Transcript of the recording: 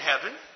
heaven